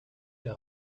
der